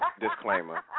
disclaimer